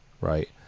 right